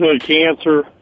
cancer